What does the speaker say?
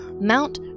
Mount